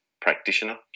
practitioner